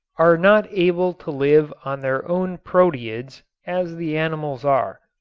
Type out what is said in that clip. are not able to live on their own proteids as the animals are.